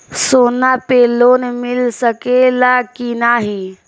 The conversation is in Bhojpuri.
सोना पे लोन मिल सकेला की नाहीं?